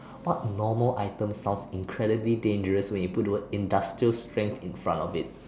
what normal item sounds incredibly dangerous when you put the word industrial strength in front of it